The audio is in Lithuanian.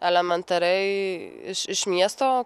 elementariai iš iš miesto